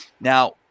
Now